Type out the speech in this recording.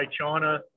China